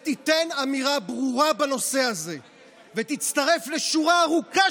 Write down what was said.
תיתן אמירה ברורה בנושא הזה ותצטרף בכך לשורה ארוכה